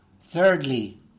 Thirdly